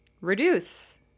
reduce